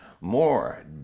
More